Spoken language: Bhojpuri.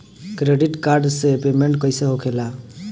क्रेडिट कार्ड से पेमेंट कईसे होखेला?